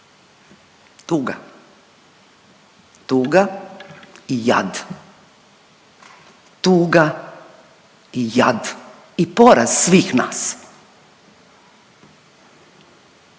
Tuga, tuga i jad, tuga i jad i poraz svih nas.